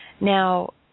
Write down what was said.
Now